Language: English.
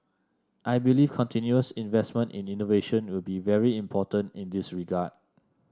I believe continuous investment in innovation will be very important in this regard